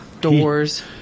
Doors